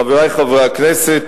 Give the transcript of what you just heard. חברי חברי הכנסת,